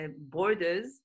borders